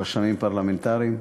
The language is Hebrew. רשמים פרלמנטריים,